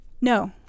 No